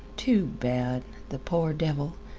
too bad! the poor devil,